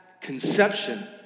conception